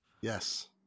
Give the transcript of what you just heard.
Yes